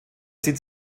sieht